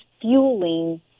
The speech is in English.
fueling